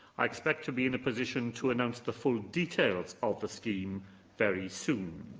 i expect to be in a position to announce the full details of the scheme very soon.